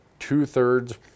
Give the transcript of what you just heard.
two-thirds